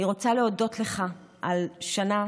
אני רוצה להודות לך על שנה